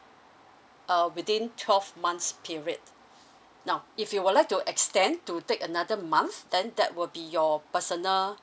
uh within twelve months periods now if you would like to extend to take another month then that will be your personal